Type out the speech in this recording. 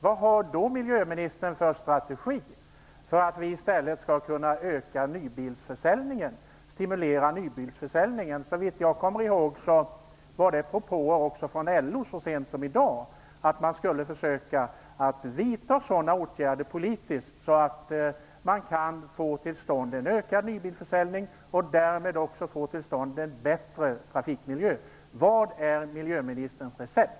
Vad har miljöministern för strategi för att vi skall kunna stimulera nybilsförsäljningen? Såvitt jag kommer ihåg kom det så sent som i dag propåer också från LO om att man skulle försöka vidta sådana politiska åtgärder att man kan få till stund en ökad nybilsförsäljning och därmed också en bättre trafikmiljö. Vad är miljöministerns recept?